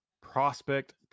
prospect